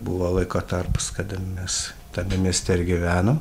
buvo laiko tarpas kada mes tame mieste ir gyvenom